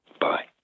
Bye